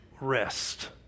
rest